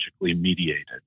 mediated